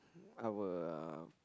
our uh